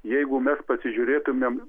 jeigu mes pasižiūrėtumėm